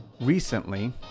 recently